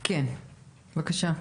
כן, בבקשה.